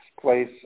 place